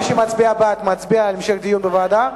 מי שמצביע בעד מצביע בעד המשך דיון בוועדה,